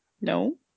No